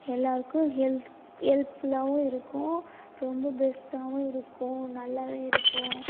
எல்லாேருக்கும் ஹெல்ப் ஹெல்ப்ஃபுல்லாகவும் இருக்கும் ரொம்ப பெஸ்ட்டாகவும் இருக்கும் நல்லாவே இருக்கும்